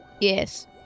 Yes